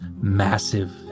massive